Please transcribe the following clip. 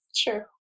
Sure